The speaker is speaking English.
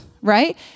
Right